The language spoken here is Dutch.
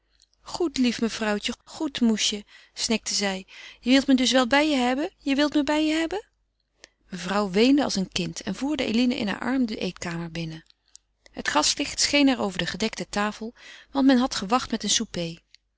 goed lief mevrouwtje goed moesje snikte zij je wilt me dus wel bij je hebben je wilt me bij je hebben mevrouw weende als een kind en voerde eline in haar arm de eetkamer binnen het gaslicht scheen er over de gedekte tafel want men had gewacht met een souper